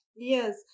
Yes